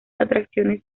atracciones